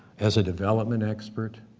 as a development expert,